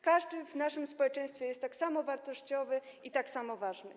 Każdy w naszym społeczeństwie jest tak samo wartościowy i tak samo ważny.